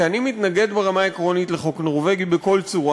כי אני מתנגד ברמה העקרונית לחוק הנורבגי בכל צורה.